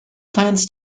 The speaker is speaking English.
plans